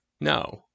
no